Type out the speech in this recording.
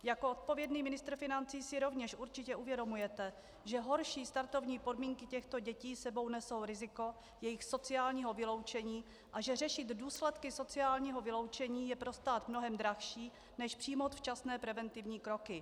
Jako odpovědný ministr financí si rovněž určitě uvědomujete, že horší startovní podmínky těchto dětí s sebou nesou riziko jejich sociálního vyloučení a že řešit důsledky sociálního vyloučení je pro stát mnohem dražší, než přijmout včasné preventivní kroky.